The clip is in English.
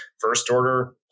first-order